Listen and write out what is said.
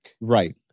Right